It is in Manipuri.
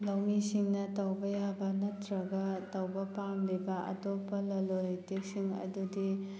ꯂꯧꯃꯤꯁꯤꯡꯅ ꯇꯧꯕꯌꯥꯕ ꯅꯠꯇ꯭ꯔꯒ ꯇꯧꯕ ꯄꯥꯝꯂꯤꯕ ꯑꯇꯣꯞꯄ ꯂꯜꯂꯣꯜ ꯂꯤꯇꯤꯛꯁꯤꯡ ꯑꯗꯨꯗꯤ